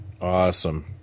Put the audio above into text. Awesome